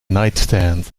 nightstand